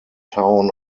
town